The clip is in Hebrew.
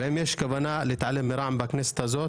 והאם יש כוונה להתעלם מרע"מ בכנסת הזאת,